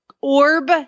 orb